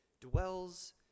dwells